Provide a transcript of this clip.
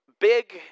big